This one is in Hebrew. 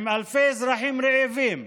עם אלפי אזרחים רעבים,